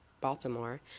Baltimore